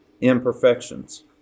imperfections